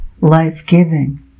life-giving